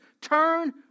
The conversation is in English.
Turn